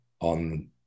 on